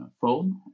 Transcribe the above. phone